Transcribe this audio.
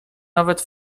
nawet